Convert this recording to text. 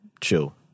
chill